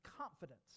confidence